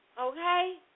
Okay